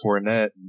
Fournette